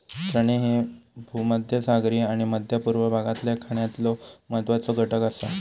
चणे ह्ये भूमध्यसागरीय आणि मध्य पूर्व भागातल्या खाण्यातलो महत्वाचो घटक आसा